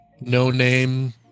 no-name